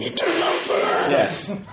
yes